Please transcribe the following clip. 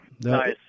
Nice